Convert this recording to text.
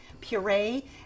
puree